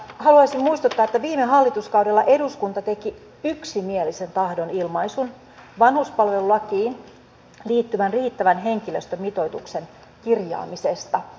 haluaisin muistuttaa että viime hallituskaudella eduskunta teki yksimielisen tahdonilmaisun vanhuspalvelulakiin liittyvän riittävän henkilöstömitoituksen kirjaamisesta